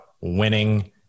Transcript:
winning